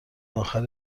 آخر